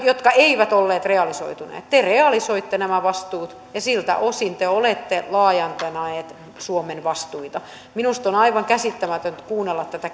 jotka eivät olleet realisoituneet te realisoitte nämä vastuut ja siltä osin te olette laajentaneet suomen vastuita minusta on on aivan käsittämätöntä kuunnella tätä